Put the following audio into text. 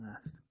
last